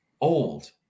old